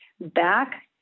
back